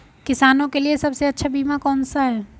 किसानों के लिए सबसे अच्छा बीमा कौन सा है?